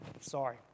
Sorry